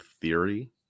theory